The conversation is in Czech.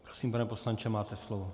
Prosím, pane poslanče, máte slovo.